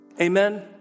Amen